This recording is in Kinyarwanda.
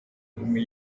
umwe